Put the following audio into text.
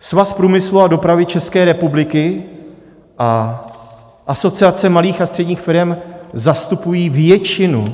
Svaz průmyslu a dopravy České republiky a Asociace malých a středních firem zastupují většinu